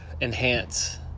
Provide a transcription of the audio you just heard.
enhance